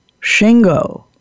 Shingo